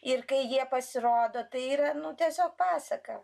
ir kai jie pasirodo tai yra nu tiesiog pasaka